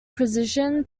precision